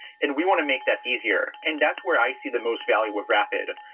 and we want to make that easier. and that's where i see the most value with rapid.